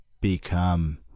become